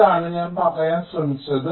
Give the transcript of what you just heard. ഇതാണ് ഞാൻ പറയാൻ ശ്രമിച്ചത്